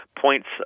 points